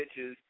bitches